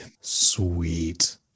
Sweet